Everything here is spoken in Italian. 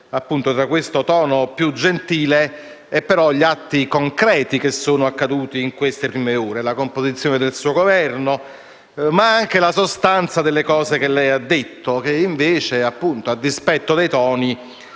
tra questo tono più gentile e gli atti concreti di queste prime ore: la composizione del suo Governo, ma anche la sostanza delle cose che lei ha detto, che invece, a dispetto dei toni,